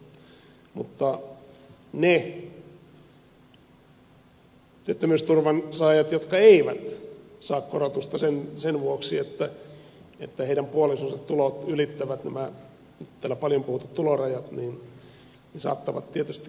mutta ne työttömyysturvan saajat jotka eivät saa korotusta sen vuoksi että heidän puolisonsa tulot ylittävät nämä täällä paljon puhutut tulorajat saattavat tietysti kysyä miksi näin on